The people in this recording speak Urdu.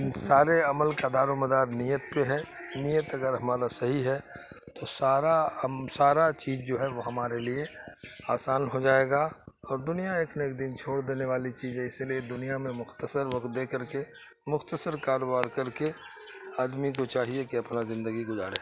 سارے عمل کا دار و مدار نیت پہ ہے نیت اگر ہمارا صحیح ہے تو سارا سارا چیز جو ہے وہ ہمارے لیے آسان ہو جائے گا اور دنیا ایک نہ ایک دن چھوڑ دینے والی چز ہے اسی لیے دنیا میں مختصر وقت دے کر کے مختصر کاروبار کر کے آدمی کو چاہیے کہ اپنا زندگی گزارے